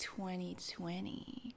2020